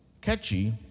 Catchy